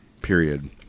period